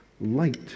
light